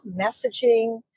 messaging